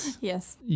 Yes